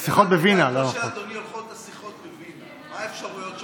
אדוני יושב-ראש הוועדה,